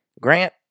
Grant